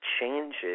Changes